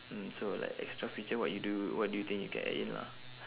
mm so like extra feature what you do what do you think you can add in lah